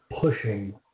pushing